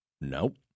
Nope